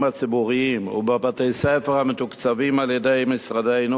הציבוריים ובבתי-הספר המתוקצבים על-ידי משרדנו,